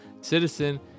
Citizen